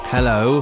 Hello